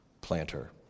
planter